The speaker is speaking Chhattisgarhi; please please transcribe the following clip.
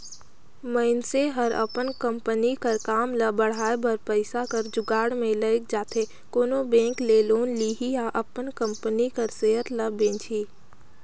मइनसे हर अपन कंपनी कर काम ल बढ़ाए बर पइसा कर जुगाड़ में लइग जाथे कोनो बेंक ले लोन लिही या अपन कंपनी कर सेयर ल बेंचही